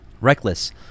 Reckless